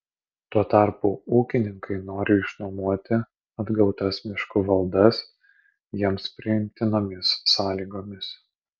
tuo tarpu ūkininkai nori išnuomoti atgautas miškų valdas jiems priimtinomis sąlygomis